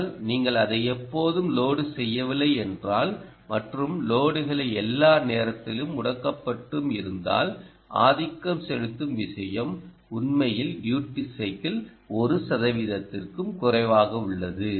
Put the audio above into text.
ஆனால் நீங்கள் அதை எப்போதும் லோட் செய்யவில்லை என்றால் மற்றும் லோடுகள் எல்லா நேரத்திலும் முடக்கப்பட்டும் இருந்தால் ஆதிக்கம் செலுத்தும் விஷயம் உண்மையில் டியூடி சைக்கிள் 1 சதவிகிதத்திற்கும் குறைவாக உள்ளது